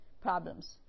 problems